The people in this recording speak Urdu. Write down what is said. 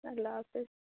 اللہ حافظ